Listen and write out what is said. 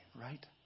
right